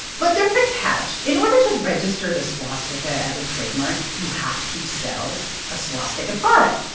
but there's a catch. in order to register the swastika as a trademark, you have to sell a swastika product.